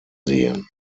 sehen